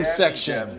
section